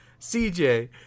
CJ